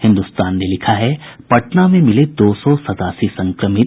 हिन्दुस्तान ने लिखा है पटना में मिले दो सौ सतासी संक्रमित